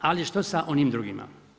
Ali što sa onim drugima?